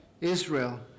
Israel